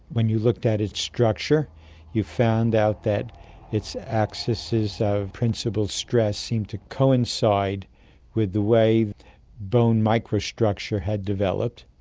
when you looked at its structure you found out that its axis of principal stress seemed to coincide with the way bone microstructure had developed,